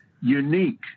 Unique